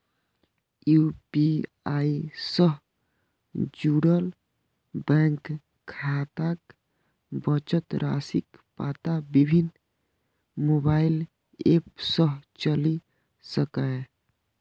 UPI सं जुड़ल bank खाताक बचत राशिक पता विभिन्न मोबाइल एप सं चलि सकैए